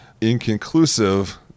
inconclusive